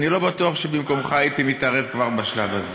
אני לא בטוח שבמקומך הייתי מתערב כבר בשלב הזה.